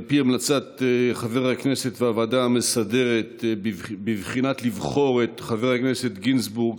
על פי המלצת חברי הכנסת והוועדה המסדרת לבחור את חבר הכנסת גינזבורג,